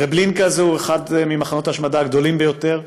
טרבלינקה זהו אחד ממחנות ההשמדה הגדולים ביותר.